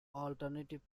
alternative